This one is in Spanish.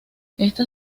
esta